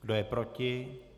Kdo je proti?